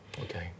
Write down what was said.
Okay